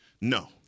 No